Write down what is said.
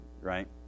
Right